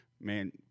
man